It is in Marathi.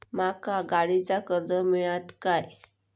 माका गाडीचा कर्ज मिळात काय?